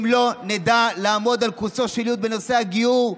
אם לא נדע לעמוד על קוצו של יו"ד בנושא הגיור,